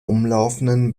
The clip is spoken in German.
umlaufenden